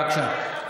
בבקשה.